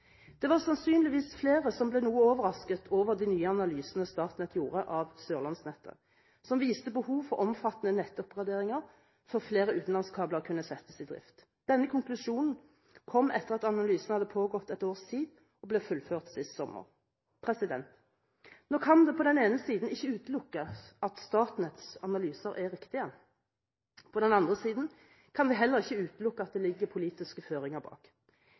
Det var sannsynligvis flere som ble noe overrasket over de nye analysene Statnett gjorde av Sørlandsnettet, som viste behov for omfattende nettoppgraderinger før flere utenlandskabler kunne settes i drift. Denne konklusjonen kom etter at analysene hadde pågått et års tid og ble fullført sist sommer. Nå kan det på den ene siden ikke utelukkes at Statnetts analyser er riktige. På den andre siden kan vi heller ikke utelukke at det ligger politiske føringer bak.